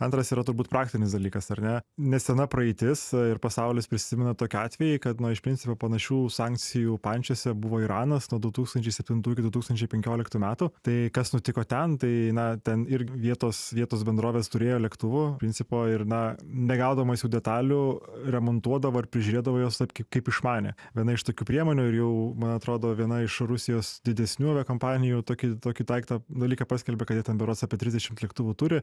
antras yra turbūt praktinis dalykas ar ne nesena praeitis ir pasaulis prisimena tokį atvejį kad nu iš principo panašių sankcijų pančiuose buvo iranas nuo du tūkstančiai septintų iki du tūkstančiai penkioliktų metų tai kas nutiko ten tai na ten ir vietos vietos bendrovės turėjo lėktuvų principo ir na negaudamos jų detalių remontuodavo ar prižiūrėdavo juos taip kaip kaip išmanė viena iš tokių priemonių ir jau man atrodo viena iš rusijos didesnių aviakompanijų tokį tokį daiktą dalyką paskelbė kad jie ten berods apie trisdešimt lėktuvų turi